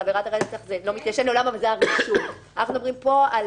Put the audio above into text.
על עבירת הרצח זה לא מתיישן --- אנחנו מדברים פה על